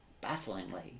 bafflingly